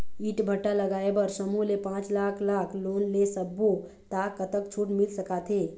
ईंट भट्ठा लगाए बर समूह ले पांच लाख लाख़ लोन ले सब्बो ता कतक छूट मिल सका थे?